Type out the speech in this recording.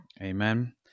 Amen